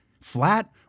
Flat